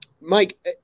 Mike